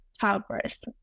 childbirth